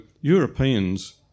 Europeans